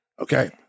Okay